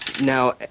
Now